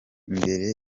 imbere